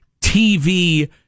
TV